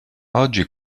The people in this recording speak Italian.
oggi